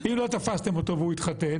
אם לא תפסתם אותו והוא התחתן,